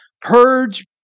Purge